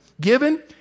given